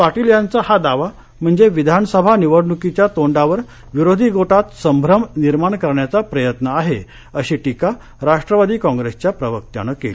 पाटील यांचा हा दावा म्हणजे विधानसभा निवडणुकींच्या तोंडावर विरोधी गोटात संभ्रम निर्माण करण्याचा प्रयत्न आहे अशी टीका राष्ट्रवादी कॉग्रेसच्या प्रवक्त्यानं केली